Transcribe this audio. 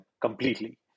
completely